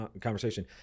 conversation